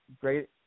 great